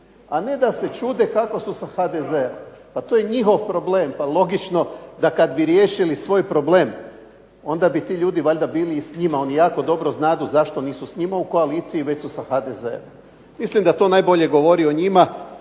a ne da se čude kako su sa HDZ-om. Pa to je njihov problem, pa logično da kad bi riješili svoj problem onda bi ti ljudi valjda bili i s njima. Oni jako dobro znadu zašto nisu s njima u koaliciji već su sa HDZ-om. Mislim da to najbolje govori o njima